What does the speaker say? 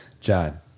John